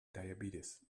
diabetes